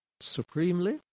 supremely